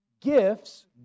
gifts